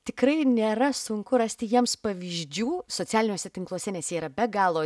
tikrai nėra sunku rasti jiems pavyzdžių socialiniuose tinkluose nes jie yra be galo